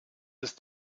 ist